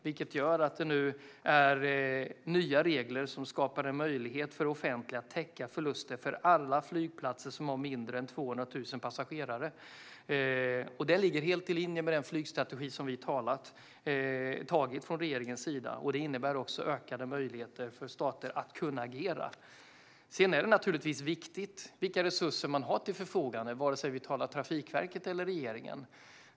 Det är nu nya regler som skapar en möjlighet för det offentliga att täcka förluster för alla flygplatser som har mindre än 200 000 passagerare. Det ligger helt i linje med den flygstrategi som vi antagit från regeringens sida. Det innebär också ökade möjligheter för stater att agera. Sedan är det naturligtvis viktigt vilka resurser man har till förfogande, vare sig vi talar om Trafikverket eller om regeringen.